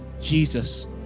Jesus